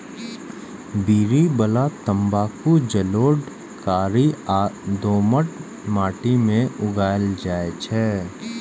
बीड़ी बला तंबाकू जलोढ़, कारी आ दोमट माटि मे उगायल जाइ छै